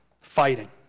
fighting